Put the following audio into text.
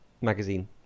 Magazine